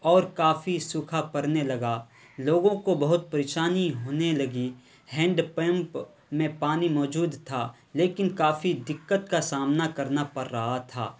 اور کافی سوکھا پڑنے لگا لوگوں کو بہت پریشانی ہونے لگی ہینڈ پمپ میں پانی موجود تھا لیکن کافی دقت کا سامنا کرنا پڑ رہا تھا